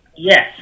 Yes